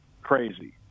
crazy